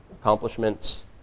accomplishments